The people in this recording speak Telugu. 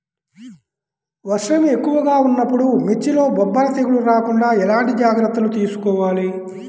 వర్షం ఎక్కువగా ఉన్నప్పుడు మిర్చిలో బొబ్బర తెగులు రాకుండా ఎలాంటి జాగ్రత్తలు తీసుకోవాలి?